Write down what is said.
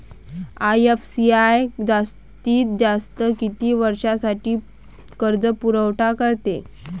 IFCI जास्तीत जास्त किती वर्षासाठी कर्जपुरवठा करते?